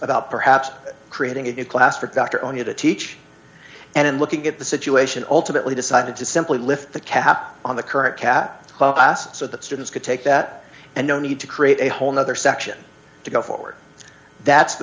about perhaps creating a new class for doctor only to teach and looking at the situation alternately decided to simply lift the cap on the current cat so that students could take that and no need to create a whole nother section to go forward that's the